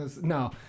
No